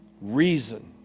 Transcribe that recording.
reason